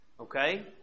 Okay